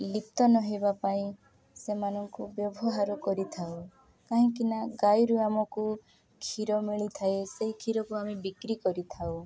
ଲିପ୍ତ ନହେବା ପାଇଁ ସେମାନଙ୍କୁ ବ୍ୟବହାର କରିଥାଉ କାହିଁକି ନା ଗାଈରୁ ଆମକୁ କ୍ଷୀର ମିଳିଥାଏ ସେଇ କ୍ଷୀରକୁ ଆମେ ବିକ୍ରି କରିଥାଉ